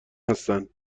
هستند